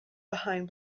behind